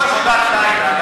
חוק עבודה בלילה,